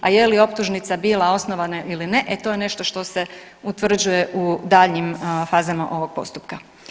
A je li optužnica bila osnovana ili ne, e to je nešto što se utvrđuje u daljnjim fazama ovog postupka.